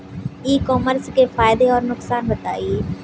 ई commerce के फायदे और नुकसान बताएँ?